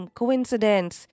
coincidence